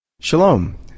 Shalom